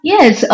Yes